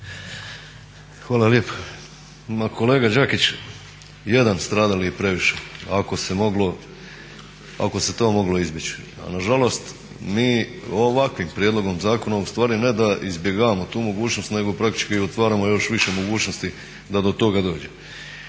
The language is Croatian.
Hvala lijepo. Kolega Đakić, i jedan stradali je previše ako se to moglo izbjeći. A nažalost mi ovakvim prijedlogom zakona ustvari ne da izbjegavamo tu mogućnost nego praktički otvaramo još više mogućnosti da do toga dođe.